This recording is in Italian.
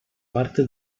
parte